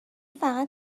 فقط